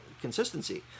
consistency